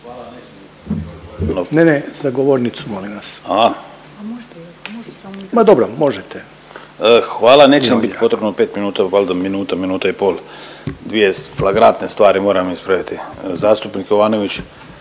Hvala. Neće mi bit potrebno pet minuta, valjda minuta, minuta i pol. Dvije fragmantne stvari moram ispraviti. Zastupnik Jovanović